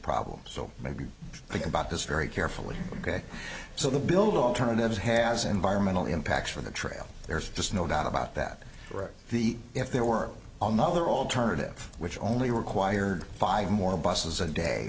problems so maybe think about this very carefully ok so the build alternatives has environmental impacts for the trail there's just no doubt about that right the if there were all no other alternative which only required five more buses a day